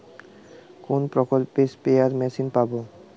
কোন প্রকল্পে spare machine পাব?